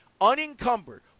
unencumbered